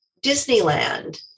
Disneyland